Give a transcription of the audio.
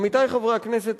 עמיתי חברי הכנסת,